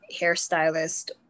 hairstylist